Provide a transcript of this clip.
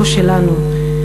לא-שלנו,